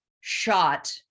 shot